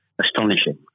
astonishing